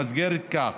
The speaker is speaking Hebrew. במסגרת כך,